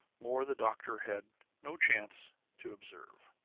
more the doctor had no chance to observe.